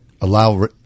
Allow